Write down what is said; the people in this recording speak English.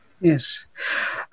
Yes